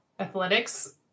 Athletics